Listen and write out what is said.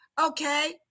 Okay